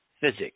physics